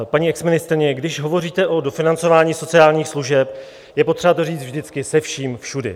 Paní exministryně, když hovoříte o dofinancování sociálních služeb, je potřeba to říct vždycky se vším všudy.